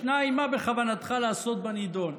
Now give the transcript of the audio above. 2. מה בכוונתך לעשות בנדון?